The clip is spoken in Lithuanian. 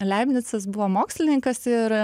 leibnicas buvo mokslininkas ir